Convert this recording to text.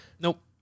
nope